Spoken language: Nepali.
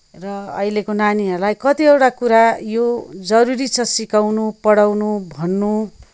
र अहिलेको नानीहरूलाई खतिवटा कुरा यो जरुरी छ सिकाउनु पढाउनु भन्नु